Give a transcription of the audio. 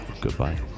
Goodbye